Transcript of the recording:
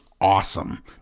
awesome